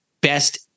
best